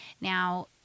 Now